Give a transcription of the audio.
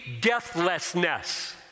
deathlessness